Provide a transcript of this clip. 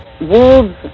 Wolves